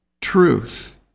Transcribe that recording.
truth